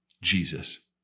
Jesus